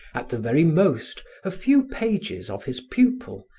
at the very most, a few pages of his pupil,